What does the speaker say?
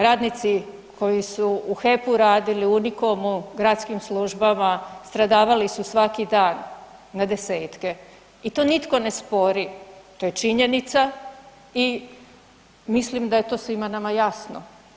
Radnici koji su u HEP-u radili, u Unikom-u, u gradskim službama stradavali su svaki dan na 10-tke i to nitko ne spori, to je činjenica i mislim da je to svima nama jasno.